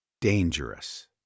dangerous